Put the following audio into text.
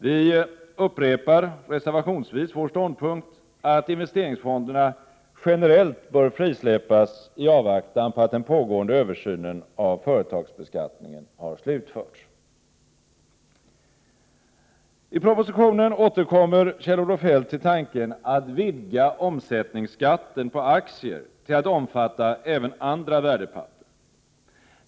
Vi upprepar reservationsvis vår ståndpunkt att investeringsfonderna generellt bör frisläppas i avvaktan på att den pågående översynen av företagsbeskattningen har slutförts. I propositionen återkommer Kjell-Olof Feldt till tanken att vidga omsättningsskatten på aktier till att omfatta även andra värdepapper.